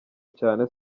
cyane